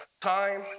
time